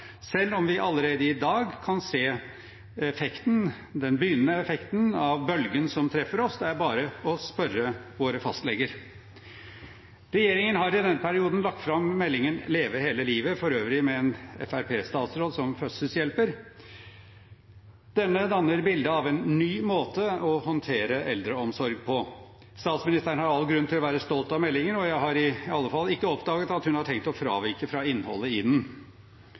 selv om vi allerede i dag kan se den begynnende effekten av bølgen som treffer oss. Det er bare å spørre våre fastleger. Regjeringen har i denne perioden lagt fram meldingen Leve hele livet – for øvrig med en Fremskrittsparti-statsråd som fødselshjelper. Denne danner bilde av en ny måte å håndtere eldreomsorg på. Statsministeren har all grunn til å være stolt av meldingen, og jeg har i alle fall ikke oppdaget at hun har tenkt å fravike innholdet i den.